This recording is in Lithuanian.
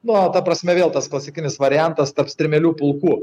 na ta prasme vėl tas klasikinis variantas taps strimėlių pulkų